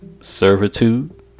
servitude